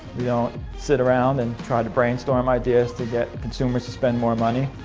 we don't sit around, and try to brainstorm ideas to get consumers to spend more money.